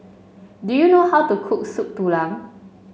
do you know how to cook Soup Tulang